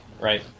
right